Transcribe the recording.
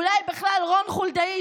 אולי בכלל רון חולדאי,